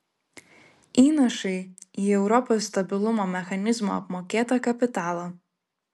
įnašai į europos stabilumo mechanizmo apmokėtą kapitalą